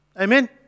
Amen